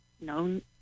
No